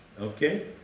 Okay